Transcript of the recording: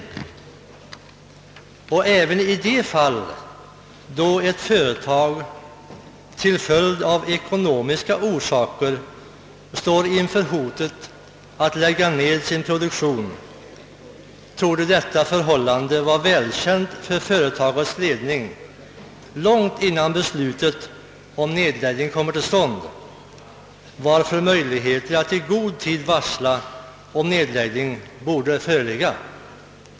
Även i det fall då ett företag till följd av ekonomiska orsaker står inför hotet att lägga ner sin produktion, torde detta förhållande vara välkänt för företagets ledning långt innan beslutet om nedläggningen fattas, varför möjlighet att i god tid varsla om nedläggning borde föreligga.